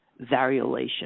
variolation